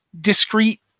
discrete